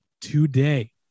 today